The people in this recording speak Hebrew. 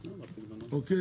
אוקיי?